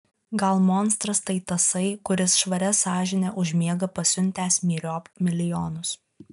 gal monstras tai tasai kuris švaria sąžine užmiega pasiuntęs myriop milijonus